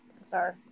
Sorry